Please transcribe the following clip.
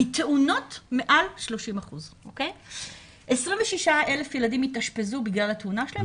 מתאונות מעל 30%. 26,000 ילדים התאשפזו בגלל התאונה שלהם.